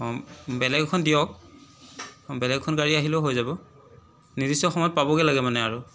বেলেগ এখন দিয়ক বেলেগ এখন গাড়ী আহিলেও হৈ যাব নিৰ্দিষ্ট সময়ত পাবগৈ লাগে মানে আৰু